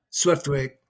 Swiftwick